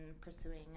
pursuing